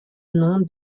nom